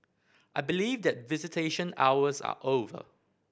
I believe that visitation hours are over